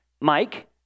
Mike